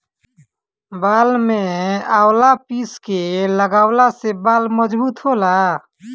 बाल में आवंला पीस के लगवला से बाल मजबूत होला